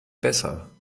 besser